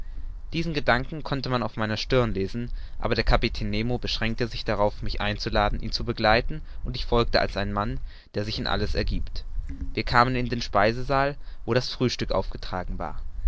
diesen gedanken konnte man auf meiner stirne lesen aber der kapitän nemo beschränkte sich darauf mich einzuladen ihn zu begleiten und ich folgte als ein mann der sich in alles ergiebt wir kamen in den speisesaal wo das frühstück aufgetragen war